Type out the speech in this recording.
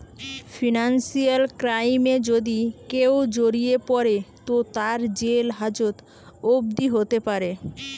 financial ক্রাইমে যদি কেও জড়িয়ে পড়ে তো তার জেল হাজত অবদি হোতে পারে